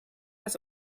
das